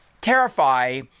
terrify